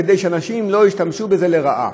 כדי שאנשים לא ישתמשו בזה לרעה.